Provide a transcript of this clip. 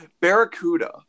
Barracuda